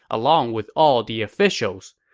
along with all the officials.